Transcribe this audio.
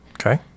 Okay